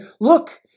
look